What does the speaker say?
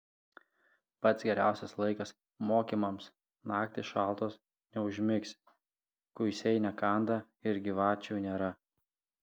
pats geriausias laikas mokymams naktys šaltos neužmigsi kuisiai nekanda ir gyvačių nėra